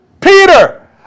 Peter